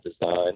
design